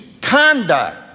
conduct